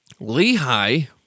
Lehi